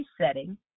setting